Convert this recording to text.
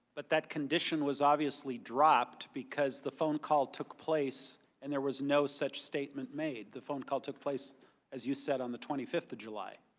but that condition was obviously dropped because the phone call took place and there was no such statement made. the phone call took place as you said on the twenty fifth of july.